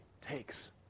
takes